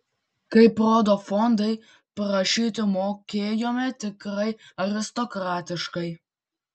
kaip rodo fondai prašyti mokėjome tikrai aristokratiškai